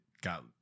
got